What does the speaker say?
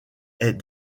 est